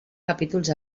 capítols